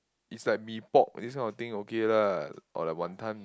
is like mee pok this kind of thing okay lah or like WanTon